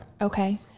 Okay